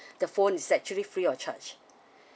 the phone is actually free of charge